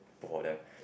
both of them